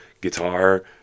guitar